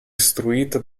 istruito